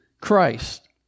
Christ